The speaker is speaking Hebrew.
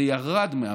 זה ירד מהפרק.